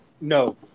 No